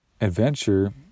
adventure